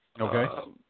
Okay